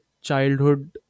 childhood